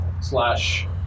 slash